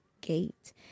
gate